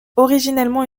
originellement